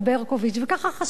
וככה חשבתי לעצמי,